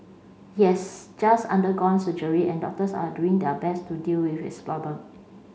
he has just undergone surgery and doctors are doing their best to deal with his problem